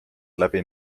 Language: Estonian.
läbi